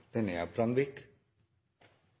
Den debatten er